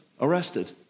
Arrested